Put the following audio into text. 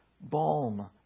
balm